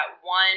one